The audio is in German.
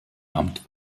amt